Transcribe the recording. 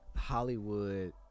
hollywood